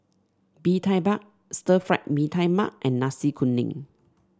Bee Tai Mak Stir Fried Mee Tai Mak and Nasi Kuning